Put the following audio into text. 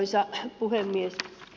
arvoisa puhemies